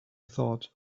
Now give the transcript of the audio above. thought